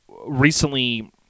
recently